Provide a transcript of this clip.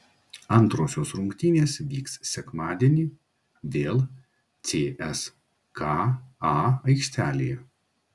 antrosios rungtynės vyks sekmadienį vėl cska aikštelėje